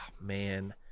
man